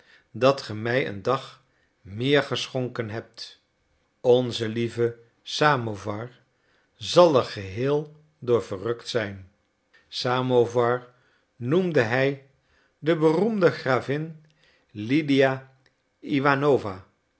dat ge mij een dag meer geschonken hebt onze lieve samowar zal er geheel door verrukt zijn samowar noemde hij de beroemde gravin lydia